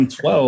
12